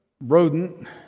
rodent